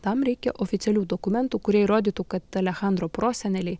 tam reikia oficialių dokumentų kurie įrodytų kad alechandro proseneliai